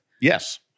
Yes